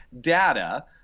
data